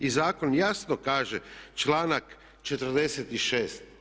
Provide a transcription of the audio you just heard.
I zakon jasno kaže Članak 46.